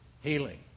healing